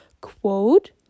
quote